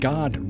God